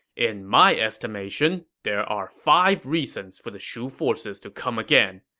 in my estimation, there are five reasons for the shu forces to come again.